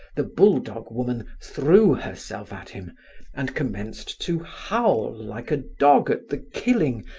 the bulldog woman threw herself at him and commenced to howl like a dog at the killing,